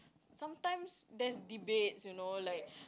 sometimes there's deviate you know like